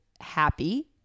happy